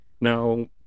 Now